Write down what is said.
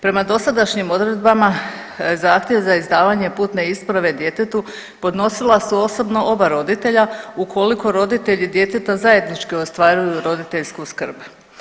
Prema dosadašnjim odredbama zahtjev za izdavanje putne isprave djetetu podnosila su osobno oba roditelja ukoliko roditelji djeteta zajednički ostvaruju roditeljsku skrb.